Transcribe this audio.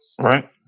right